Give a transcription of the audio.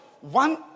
One